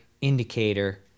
indicator